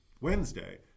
Wednesday